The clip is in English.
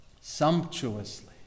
sumptuously